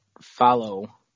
follow